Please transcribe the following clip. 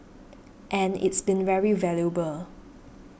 and it's been very valuable